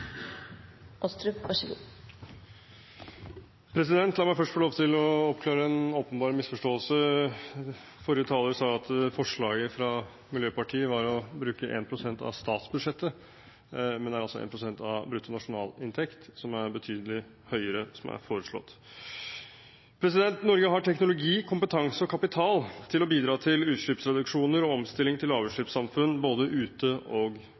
La meg først få lov til å oppklare en åpenbar misforståelse. Forrige taler sa at forslaget fra Miljøpartiet De Grønne var å bruke 1 pst. av statsbudsjettet, men det er altså 1 pst. av bruttonasjonalinntekten – som er betydelig høyere – som er foreslått. Norge har teknologi, kompetanse og kapital til å bidra til utslippsreduksjoner og omstilling til lavutslippssamfunn både ute og